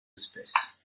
espèces